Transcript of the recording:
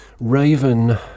Raven